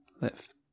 lift